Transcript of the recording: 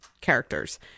characters